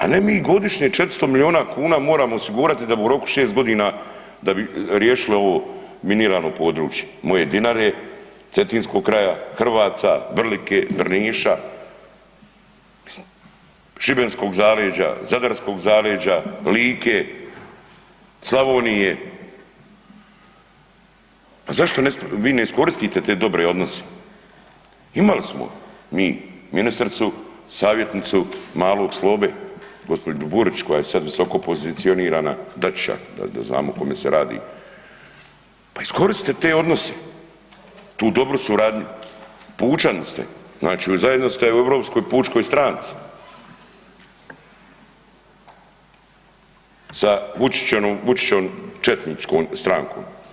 A ne mi godišnje 400 miliona kuna moramo osigurati da bi u roku 6 godina, da bi riješili ovo minirano područje moje Dinare, cetinskog kraja, Hrvaca, Vrlike, Drniša, šibenskog zaleđa, zadarskog zaleđa, Like, Slavonije, a zašto vi ne iskoristite te dobre odnose, imali smo mi ministricu, savjetnicu malog Slobe gospođu Burić koja je sad visokopozicionirana Daća, da znamo o kome se radi, pa iskoristite te odnose, tu dobru suradnju, pučani ste, znači zajedno ste u Europskoj pučkoj stranci sa Vučićevom četničkom strankom.